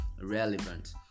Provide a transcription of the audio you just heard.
relevant